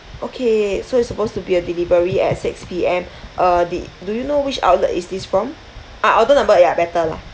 okay so it's supposed to be a delivery at six P_M uh di~ do you know which outlet is this from ah order number ya better lah